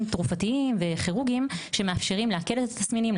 תרופתיים וכירורגיים שמאפשרים להקל על התסמינים,